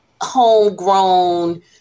homegrown